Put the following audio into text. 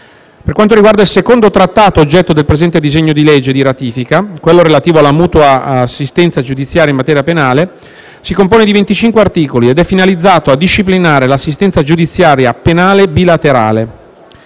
diplomatica. Il secondo Trattato oggetto del presente disegno di legge di ratifica - quello relativo alla mutua assistenza giudiziaria in materia penale - si compone di 25 articoli ed è finalizzato a disciplinare l'assistenza giudiziaria penale bilaterale.